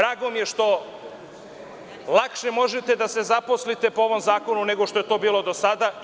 Drago mi je što lakše možete da se zaposlite po ovom zakonu, nego što je to bilo do sada.